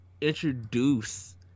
introduce